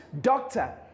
doctor